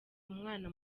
umwana